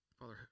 Father